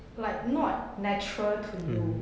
like not natural to you